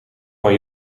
van